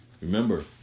Remember